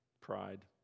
pride